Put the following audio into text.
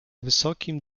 wysokim